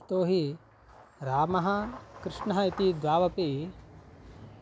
यतोहि रामः कृष्णः इति द्वावपि